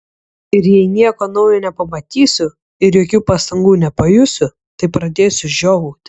ir jei nieko naujo nepamatysiu ir jokių pastangų nepajusiu tai pradėsiu žiovauti